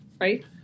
right